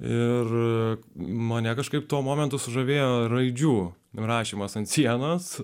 ir mane kažkaip tuo momentu sužavėjo raidžių rašymas ant sienos